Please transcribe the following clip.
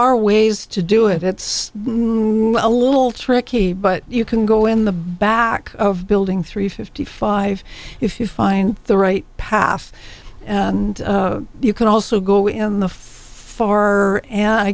are ways to do it it's a little tricky but you can go in the back of building three fifty five if you find the right path and you can also go in the far and i